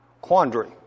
quandary